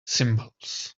symbols